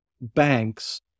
banks